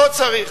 לא צריך.